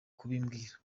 kubimbwira